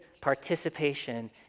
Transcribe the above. participation